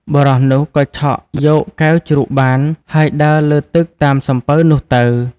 បុរសនោះក៏ឆក់យកកែវជ្រូកបាន ហើយដើរលើទឹកតាមសំពៅនោះទៅ។